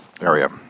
area